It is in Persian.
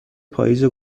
پاییز